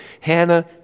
Hannah